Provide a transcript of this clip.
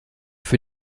für